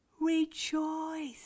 Rejoice